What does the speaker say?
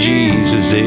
Jesus